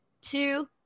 two